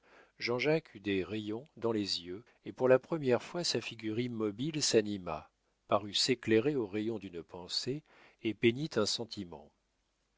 jean-jacques eut des rayons dans les yeux et pour la première fois sa figure immobile s'anima parut s'éclairer aux rayons d'une pensée et peignit un sentiment